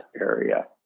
area